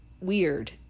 weird